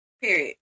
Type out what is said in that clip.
period